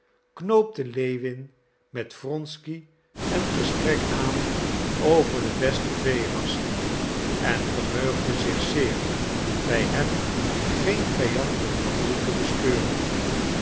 knoopte lewin met wronsky een gesprek aan over de beste veerassen en verheugde zich zeer bij hem geen vijandelijk gevoel te bespeuren